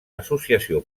associació